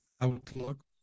outlook